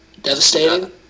devastating